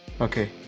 okay